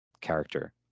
character